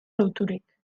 loturik